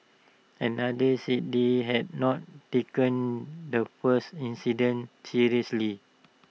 another said they had not taken the first incident seriously